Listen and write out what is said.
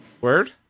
Word